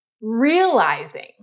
realizing